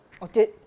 orchard